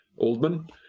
Oldman